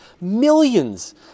millions